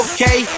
Okay